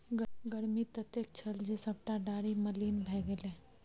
गर्मी ततेक छल जे सभटा डारि मलिन भए गेलै